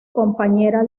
compañera